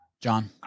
John